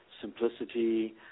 simplicity